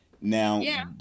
Now